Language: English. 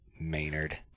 Maynard